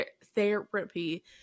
therapy